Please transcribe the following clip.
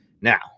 Now